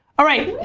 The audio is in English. alright,